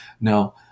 Now